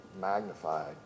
magnified